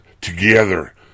together